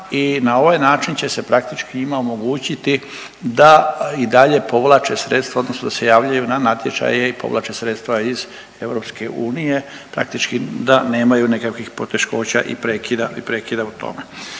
i na ovaj način će se praktički njima omogućiti da i dalje povlače sredstva, odnosno da se javljaju na natječaje i povlače sredstva iz EU, praktički da nemaju nekakvih poteškoća i prekida u tome.